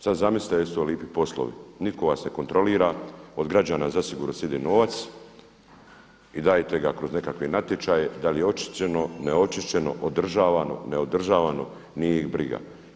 Sad zamislite jesu to lijepi poslovi, nitko vas ne kontrolira, od građana zasigurno … novaca i dajete ga kroz nekakve natječaje, da li je očišćeno, neočišćeno, održavano, neodržavano nije ih briga.